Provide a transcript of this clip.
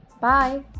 Bye